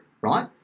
Right